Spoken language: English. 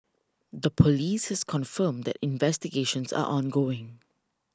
the police has confirmed that investigations are ongoing